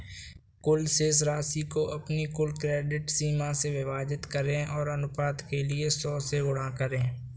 कुल शेष राशि को अपनी कुल क्रेडिट सीमा से विभाजित करें और अनुपात के लिए सौ से गुणा करें